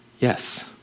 Yes